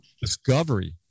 discovery